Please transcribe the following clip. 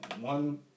one